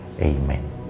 Amen